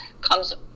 comes